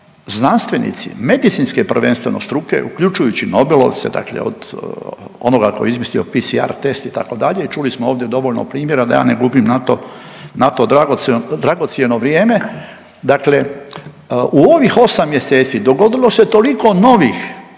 znanstvenici, medicinske prvenstveno struke uključujući i nobelovce od onoga koji je izmislio PCR test itd. u čuli smo ovdje dovoljno primjera da ja ne gubim na to dragocjeno vrijeme, dakle u ovih osam mjeseci dogodilo se toliko novih